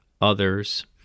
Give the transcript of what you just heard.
others